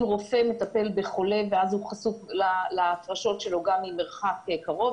אם רופא מטפל בחולה ואז הוא חשוף להפרשות שלו גם ממרחק קרוב